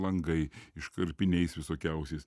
langai iškarpiniais visokiausiais